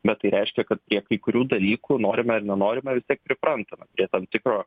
bet tai reiškia kad prie kai kurių dalykų norime ar nenorime vis tiek priprantame prie tam tikro